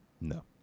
No